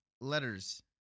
letters